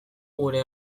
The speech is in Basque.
gure